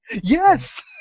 Yes